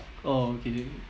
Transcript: oh okay